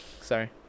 sorry